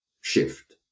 shift